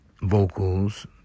vocals